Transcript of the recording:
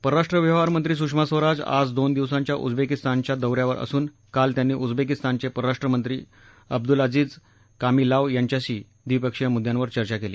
परराष्ट्र व्यवहार मंत्री सुषमा स्वराज आज दोन दिवसाच्या उजबेकीस्तानच्या दौ यासाठी असून काल त्यांनी उजबेकीस्तानचे परराष्ट्रमंत्री अब्दुलाजिज कामिलाव्ह यांच्याशी द्विपक्षीय मुद्यांवर चर्चा केली